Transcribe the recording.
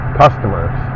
customers